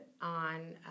on